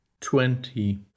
twenty